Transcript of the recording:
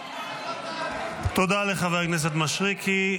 תודה לחבר הכנסת משריקי.